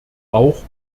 auch